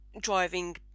Driving